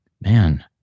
man